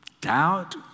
doubt